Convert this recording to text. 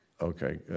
Okay